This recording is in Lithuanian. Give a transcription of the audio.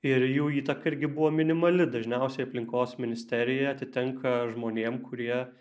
ir jų įtaka irgi buvo minimali dažniausiai aplinkos ministerija atitenka žmonėm kurie